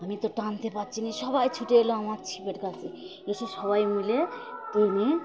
আমি তো টানতে পারছি না সবাই ছুটে এলো আমার ছিপের কাছে এসে সবাই মিলে টেনে